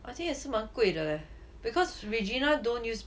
I think 也是蛮贵的 eh because regina don't use